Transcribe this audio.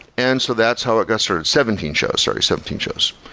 and so that's how it got started. seventeen shows. sorry, seventeen shows.